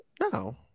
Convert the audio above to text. No